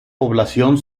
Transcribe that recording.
población